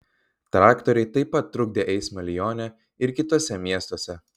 traktoriai taip pat trukdė eismą lione ir kituose miestuose